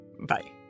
Bye